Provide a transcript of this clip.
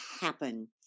happen